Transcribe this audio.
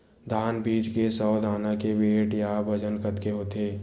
धान बीज के सौ दाना के वेट या बजन कतके होथे?